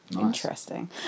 Interesting